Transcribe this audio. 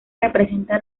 representa